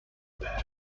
bare